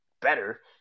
better